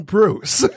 Bruce